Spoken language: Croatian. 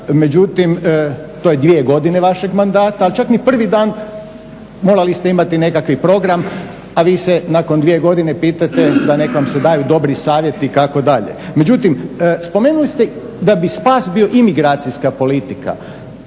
međutim to je dvije godine vašeg mandata, ali čak ni prvi dan morali ste imati nekakvi program a vi se nakon dvije godine pitate da nek vam se daju dobri savjeti kako dalje. Međutim, spomenuli ste da bi spas bio imigracijska politika.